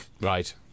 Right